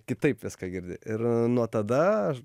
kitaip viską girdi ir nuo tada aš